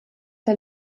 der